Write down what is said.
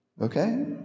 Okay